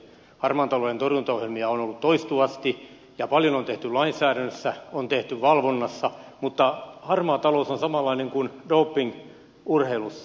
harmaan talouden torjuntaohjelmia on ollut toistuvasti ja paljon on tehty lainsäädännössä on tehty valvonnassa mutta harmaa talous on samanlainen kuin doping urheilussa